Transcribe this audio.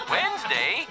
Wednesday